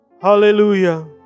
Hallelujah